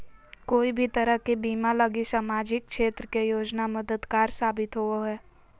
कोय भी तरह के बीमा लगी सामाजिक क्षेत्र के योजना मददगार साबित होवो हय